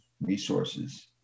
resources